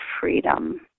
freedom